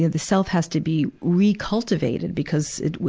ah the self has to be re-cultivated because it wa,